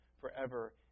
forever